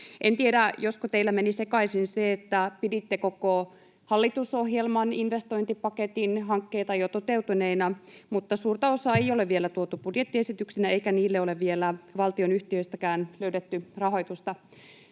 En tiedä, josko teillä meni sekaisin se, että piditte koko hallitusohjelman investointipaketin hankkeita jo toteutuneina, mutta suurta osaa ei ole vielä tuotu budjettiesityksinä eikä niille ole vielä valtionyhtiöistäkään löydetty rahoitusta.